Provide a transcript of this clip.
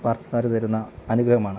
പാർത്ഥ സാരഥി തരുന്ന അനുഗ്രഹമാണ്